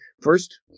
first